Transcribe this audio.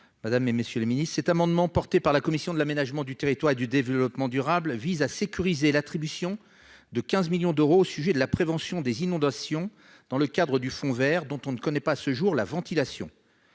M. le rapporteur pour avis. Cet amendement porté par la commission de l'aménagement du territoire et du développement durable vise à sécuriser l'attribution de 15 millions d'euros au sujet de la prévention des inondations, dans le cadre du fonds vert, dont on ne connaît pas à ce jour la ventilation.